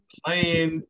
playing